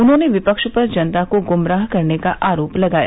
उन्होंने विपक्षे पर जनता को गुमराह करने का आरोप लगाया